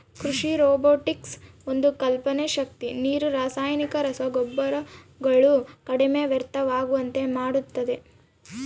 ಕೃಷಿ ರೊಬೊಟಿಕ್ಸ್ ಒಂದು ಕಲ್ಪನೆ ಶಕ್ತಿ ನೀರು ರಾಸಾಯನಿಕ ರಸಗೊಬ್ಬರಗಳು ಕಡಿಮೆ ವ್ಯರ್ಥವಾಗುವಂತೆ ಮಾಡುತ್ತದೆ